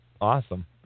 awesome